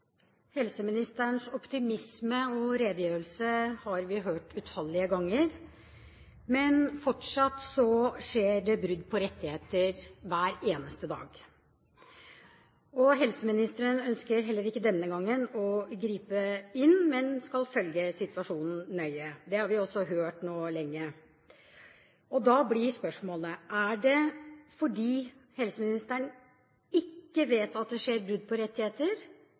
Helseministerens optimisme og redegjørelse har vi hørt utallige ganger. Men fortsatt skjer det brudd på rettigheter hver eneste dag. Helseministeren ønsker heller ikke denne gangen å gripe inn, men skal følge situasjonen nøye. Det har vi også hørt nå lenge. Da blir spørsmålet: Er det det at helseministeren ikke vet at det skjer brudd på rettigheter,